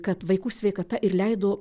kad vaikų sveikata ir leido